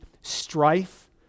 strife